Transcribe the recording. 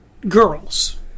Girls